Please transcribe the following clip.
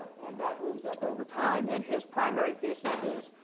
and that moves up over time. and his primary thesis is,